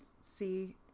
see